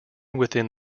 within